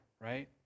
right